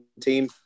team